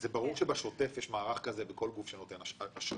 זה ברור שבשוטף יש מערך כזה בכל גוף שנותן אשראי.